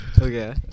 Okay